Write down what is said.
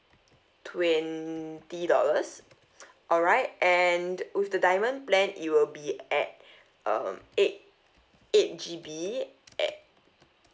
twenty dollars alright and with the diamond plan it will be at uh eight eight G_B at